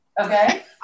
okay